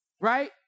right